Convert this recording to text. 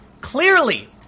Clearly